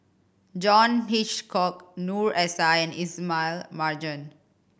John Hitchcock Noor S I and Ismail Marjan